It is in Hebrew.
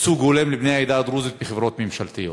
ייצוג הולם לבני העדה הדרוזית בחברות ממשלתיות.